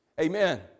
Amen